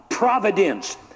Providence